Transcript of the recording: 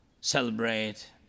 celebrate